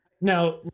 now